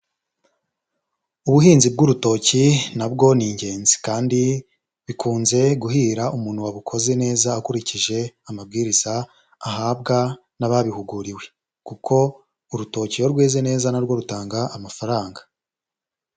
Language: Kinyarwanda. Ubuhinzi bw'urutoki na bwo ni ingenzi kandi bikunze guhira umuntu wabukoze neza akurikije amabwiriza ahabwa n'ababihuguriwe kuko urutoki iyo rweze neza na rwo rutanga amafaranga.